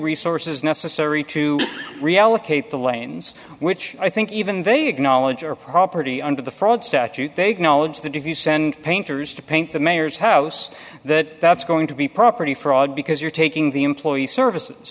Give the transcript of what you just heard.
resources necessary to reallocate the lanes which i think even they acknowledge are property under the statute they've knowledge that if you send painters to paint the mayor's house that that's going to be property fraud because you're taking the employee services